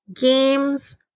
games